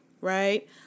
right